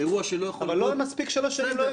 אירוע שלא יכול לקרות --- אבל זה לא מספיק שלוש שנים.